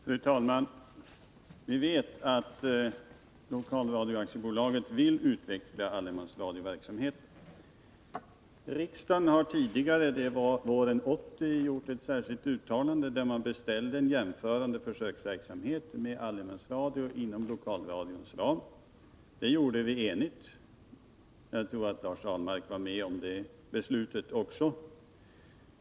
Fru talman! Vi vet att Lokalradioaktiebolaget vill utveckla allemansradioverksamheten. Riksdagen har tidigare, våren 1980, gjort ett särskilt uttalande, där vi beställde en jämförande försöksverksamhet med allemansradio inom lokalradions ram. Det gjorde vi enigt, och jag tror att Lars Ahlmark också var med om det beslutet.